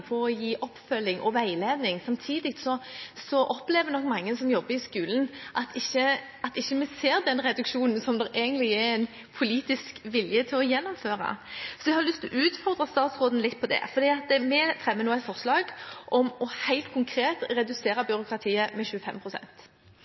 på å gi oppfølging og veiledning. Samtidig opplever nok mange som jobber i skolen, at de ikke ser den reduksjonen som det er en politisk vilje til å gjennomføre. Jeg har lyst å utfordre statsråden litt på det. Vi fremmer nå et forslag om helt konkret å redusere